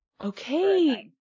okay